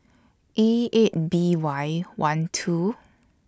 E eight B Y one two